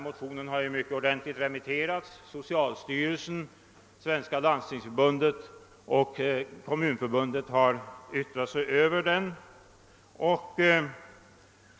Motionerna har mycket ordentligt remitterats. Socialstyrelsen, Svenska landstingsförbundet och Svenska kommunförbundet har yttrat sig över den.